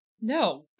No